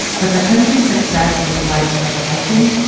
but the country's success with widespread testing,